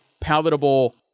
palatable